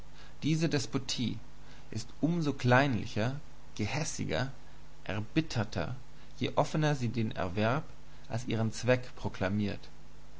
diese despotie ist um so kleinlicher gehässiger erbitterter je offener sie den erwerb als ihren zweck proklamiert